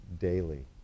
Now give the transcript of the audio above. daily